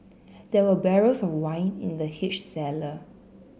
there were barrels of wine in the huge cellar